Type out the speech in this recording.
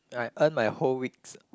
I earn my whole weeks